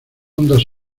ondas